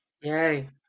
Yay